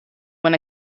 when